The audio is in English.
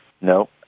no